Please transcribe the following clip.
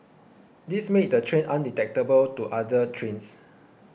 this made the train undetectable to other trains